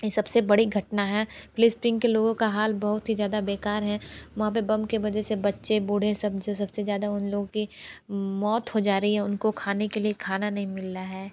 ये सब से बड़ी घटना है पिलिस्पिंग के लोगों का हाल बहुत ही ज़्यादा बेकार है वहाँ पर बम के वजह से बच्चे बूढ़े सब से सब से ज़्यादा उन लोगों के मौत हो जा रही है उनको खाने के लिए खाना नहीं मिल रहा है